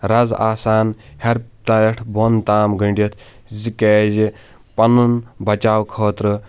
رَز آسان ہیٚرِ پٮ۪ٹھ بۄن تام گٔنٛڈِتھ زٕ کیازِ پَنُن بچاو خٲطرٕ